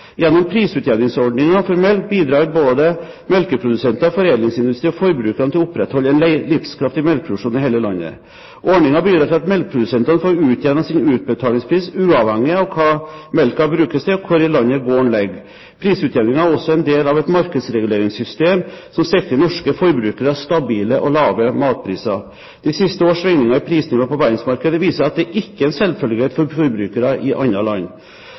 Gjennom prisutjevningsordningen for melk bidrar både melkeprodusenter, foredlingsindustri og forbrukere til å opprettholde en livskraftig melkeproduksjon i hele landet. Ordningen bidrar til at melkeprodusentene får utjevnet sin utbetalingspris, uavhengig av hva melken brukes til og hvor i landet gården ligger. Prisutjevningen er også en del av et markedsreguleringssystem som sikrer norske forbrukere stabile og lave matpriser. De siste års svingninger i prisnivået på verdensmarkedet viser at det ikke er en selvfølge for forbrukere i andre land.